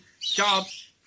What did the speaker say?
jobs